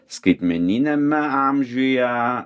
skaitmeniniame amžiuje